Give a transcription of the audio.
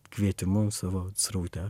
kvietimu savo sraute